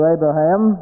Abraham